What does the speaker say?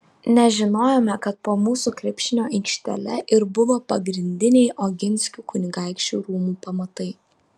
nežinojome kad po mūsų krepšinio aikštele ir buvo pagrindiniai oginskių kunigaikščių rūmų pamatai